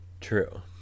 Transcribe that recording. True